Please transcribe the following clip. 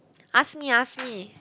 ask me ask me